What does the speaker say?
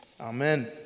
Amen